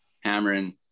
hammering